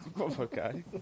Okay